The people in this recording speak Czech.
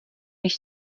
než